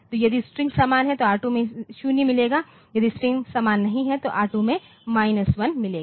तो यदि स्ट्रिंग्स समान हैं तो R2 में 0 मिलेगा यदि स्ट्रिंग्स समान नहीं हैं तो R2 को माइनस 1 मिलेगा